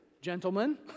gentlemen